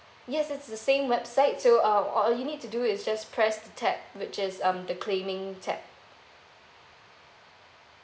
yes it's the same website so uh all you need to do is just press the tab which is um the claiming tab